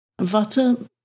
Vata